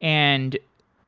and